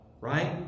right